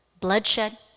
bloodshed